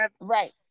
Right